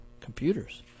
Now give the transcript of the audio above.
computers